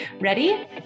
Ready